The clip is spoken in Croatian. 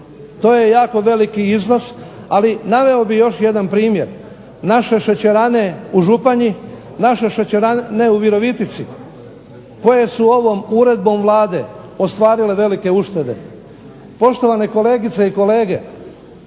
to je jako veliki iznos. Ali naveo bih još jedan primjer. Naše šećerane u Županji, naše šećerane u Virovitici, koje su ovom uredbom Vlade ostvarile velike uštede. Poštovane kolegice i kolege,